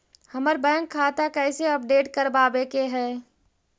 हमर बैंक खाता कैसे अपडेट करबाबे के है?